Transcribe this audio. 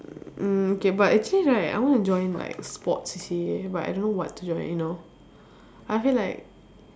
mm okay but actually right I want to join like sports C_C_A but I don't know what to join you know I feel like